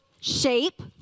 shape